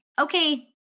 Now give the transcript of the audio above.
okay